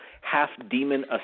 half-demon